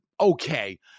okay